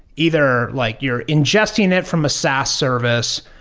either like you're ingesting it from a saas service,